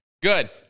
Good